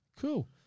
Cool